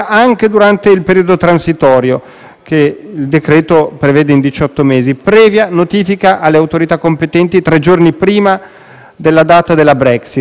che il decreto-legge prevede in diciotto mesi, previa notifica alle autorità competenti tre giorni prima della data della Brexit. Le banche britanniche,